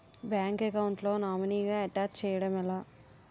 Bank account లో నామినీగా attach చేయడం ఎలా?